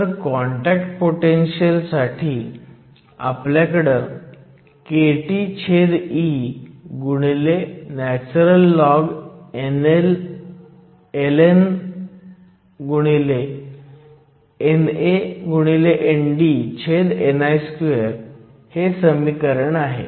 तर contact potential साठी आपल्याकडे kTeln NANDni2 हे समीकरण आहे